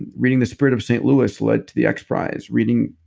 and reading the spirit of st. louis led to the xprize. reading